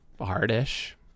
hard-ish